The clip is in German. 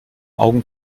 augen